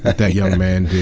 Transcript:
that that young man did.